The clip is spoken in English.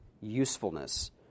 usefulness